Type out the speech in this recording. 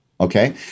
Okay